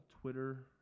Twitter